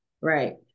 Right